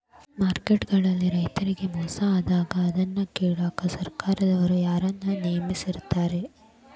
Market ಗಳಲ್ಲಿ ರೈತರಿಗೆ ಮೋಸ ಆದಾಗ ಅದನ್ನ ಕೇಳಾಕ್ ಸರಕಾರದವರು ಯಾರನ್ನಾ ನೇಮಿಸಿರ್ತಾರಿ?